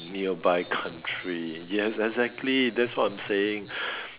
a nearby country yes exactly that's what I'm saying